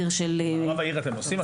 במערב העיר אתם עושים?